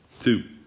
two